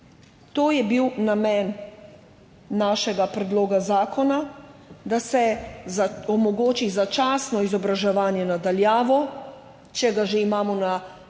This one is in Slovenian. To je bil namen našega predloga zakona. Da se omogoči začasno izobraževanje na daljavo, če ga že imamo po zakonu